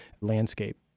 landscape